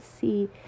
see